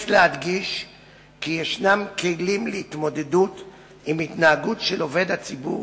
יש להדגיש כי יש כלים להתמודדות עם התנהגות של עובד הציבור